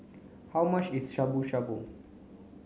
how much is Shabu shabu